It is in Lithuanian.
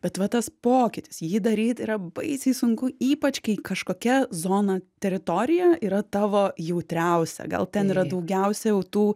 bet va tas pokytis jį daryt yra baisiai sunku ypač kai kažkokia zona teritorija yra tavo jautriausia gal ten yra daugiausia jau tų